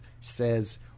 says